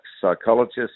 psychologists